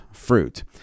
fruit